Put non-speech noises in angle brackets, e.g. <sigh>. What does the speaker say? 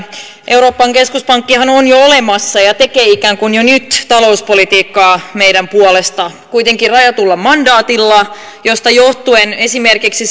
euroopan keskuspankkihan on jo olemassa ja tekee ikään kuin jo nyt talouspolitiikkaa meidän puolestamme kuitenkin rajatulla mandaatilla josta johtuen esimerkiksi <unintelligible>